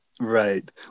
Right